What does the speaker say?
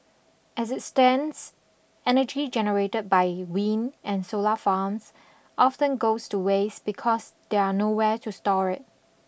as it stands energy generated by wind and solar farms often goes to waste because there are nowhere to store it